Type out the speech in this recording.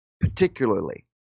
particularly